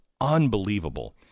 unbelievable